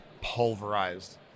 pulverized